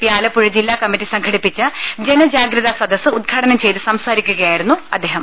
P Alappuzha ജില്ലാ committee സംഘടിപ്പിച്ച ജനജാഗ്രത സദസ് ഉദ്ഘാടനം ചെയ്ത് സംസാരിക്കുക യായിരുന്നു അദ്ദേഹം